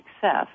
success